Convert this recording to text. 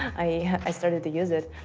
i started to use it.